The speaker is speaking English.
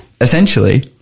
essentially